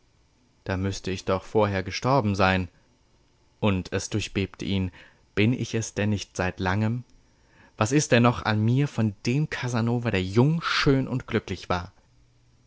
da müßte ich doch vorher gestorben sein und es durchbebte ihn bin ich's denn nicht seit lange was ist denn noch an mir von dem casanova der jung schön und glücklich war